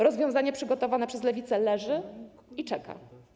Rozwiązanie przygotowane przez Lewicę leży i czeka.